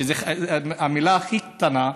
שזו המילה הכי קטנה,